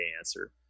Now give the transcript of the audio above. answer